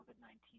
COVID-19